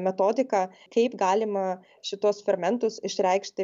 metodiką kaip galima šituos fermentus išreikšti